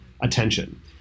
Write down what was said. attention